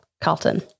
Carlton